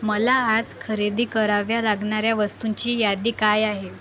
मला आज खरेदी कराव्या लागणाऱ्या वस्तूंची यादी काय आहे